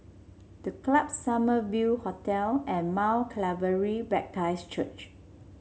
The Club Summer View Hotel and Mount Calvary Baptist Church